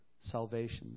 salvation